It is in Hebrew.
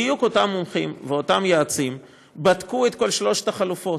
בדיוק אותם מומחים ואותם יועצים בדקו את כל שלוש החלופות,